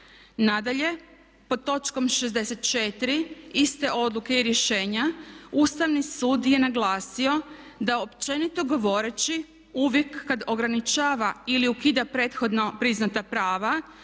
Nadalje, pod točkom 64. iste odluke i rješenja Ustavni sud je naglasio da općenito govoreći uvijek kad ograničava ili ukida prethodno priznata prava